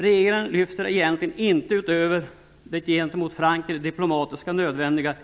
Regeringen lyfte egentligen inte ett finger i affären, utöver det gentemot Frankrike diplomatiskt nödvändiga.